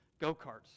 go-karts